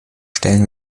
stellen